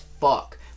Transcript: fuck